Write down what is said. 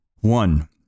One